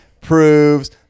proves